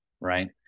right